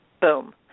Boom